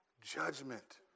judgment